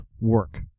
work